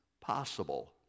possible